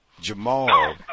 Jamal